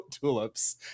tulips